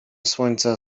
słońca